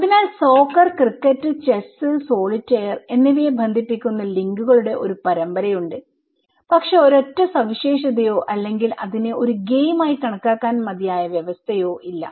അതിനാൽ soccer cricket chess സോളിറ്റയർഎന്നിവയെ ബന്ധിപ്പിക്കുന്ന ലിങ്കുകളുടെ ഒരു പരമ്പരയുണ്ട് പക്ഷേ ഒരൊറ്റ സവിശേഷതയോ അല്ലെങ്കിൽ അതിനെ ഒരു ഗെയിം ആയി കണക്കാക്കാൻ മതിയായ വ്യവസ്ഥയോ ഇല്ല